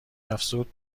افزود